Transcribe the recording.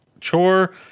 chore